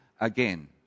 again